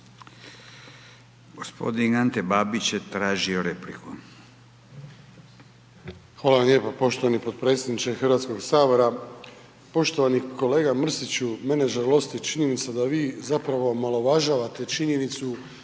G. Ante Babić je tražio repliku.